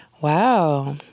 Wow